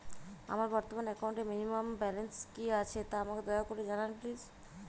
আমার বর্তমান একাউন্টে মিনিমাম ব্যালেন্স কী আছে তা আমাকে দয়া করে জানান প্লিজ